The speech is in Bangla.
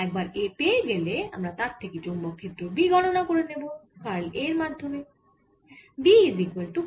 একবার A পেয়ে গেলে আমরা তার থেকে চৌম্বক ক্ষেত্র B গণনা করে নেব কার্ল A এর মাধ্যমে